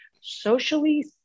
socially